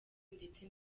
ndetse